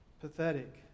pathetic